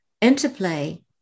interplay